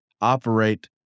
operate